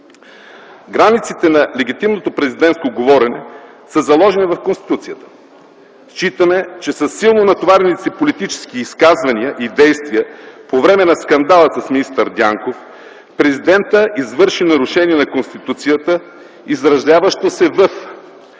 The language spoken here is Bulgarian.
Границите на легитимното президентско говорене са заложени в Конституцията. Считаме, че със силно натоварените си политически изказвания и действия по време на скандала с министър Дянков президентът извърши нарушение на Конституцията, изразяващо се в